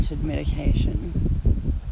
medication